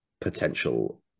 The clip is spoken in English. potential